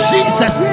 Jesus